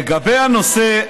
לגבי הנושא,